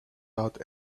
out